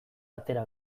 atera